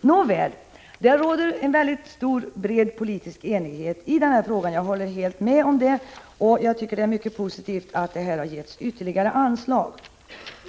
Nåväl, det råder mycket stor och bred och politisk enighet i denna fråga — jag håller helt med om det. Det är mycket positivt att ytterligare anslag har beviljats till hjälpverksamheten.